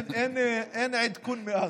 אין עדכון מאז.